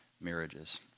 marriages